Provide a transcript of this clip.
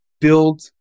build